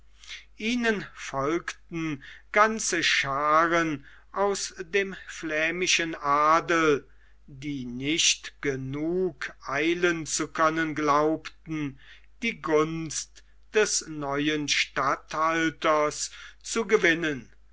ihnen folgten ganze schaaren aus dem flämischen adel die nicht genug eilen zu können glaubten die gunst des neuen statthalters zu gewinnen